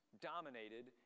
dominated